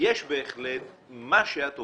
מה שאת עוברת,